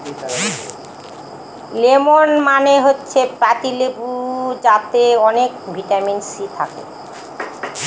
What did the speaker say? lemon মানে হচ্ছে পাতি লেবু যাতে অনেক ভিটামিন সি থাকে